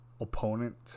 opponent